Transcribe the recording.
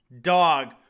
dog